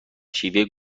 شیوه